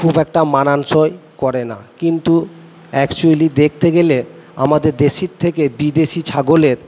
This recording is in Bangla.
খুব একটা মানানসই করে না কিন্তু অ্যাকচুয়েলি দেখতে গেলে আমাদের দেশির থেকে বিদেশি ছাগলের